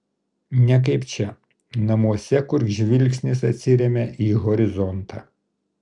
ne kaip čia namuose kur žvilgsnis atsiremia į horizontą